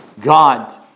God